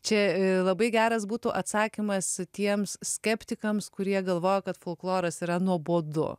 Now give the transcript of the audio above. čia labai geras būtų atsakymas tiems skeptikams kurie galvoja kad folkloras yra nuobodu